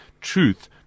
truth